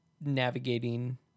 navigating